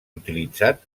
utilitzat